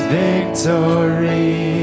victory